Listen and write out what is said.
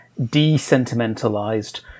desentimentalized